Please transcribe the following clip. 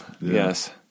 yes